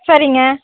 சரிங்க